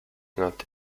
not